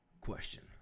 question